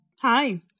Hi